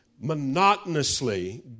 monotonously